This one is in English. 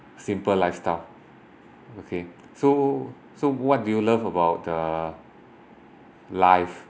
simple lifestyle okay so so what do you love about uh life